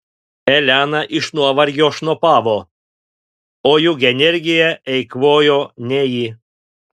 elena iš nuovargio šnopavo o juk energiją eikvojo ne ji